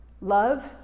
love